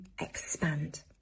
expand